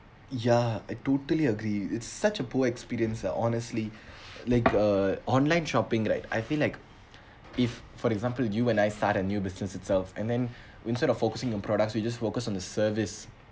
ya I totally agree it's such a poor experience ah honestly like uh online shopping right I feel like if for example you and I start a new business itself and then instead of focusing on products we just focus on the service